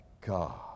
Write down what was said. God